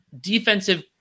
defensive